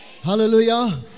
Hallelujah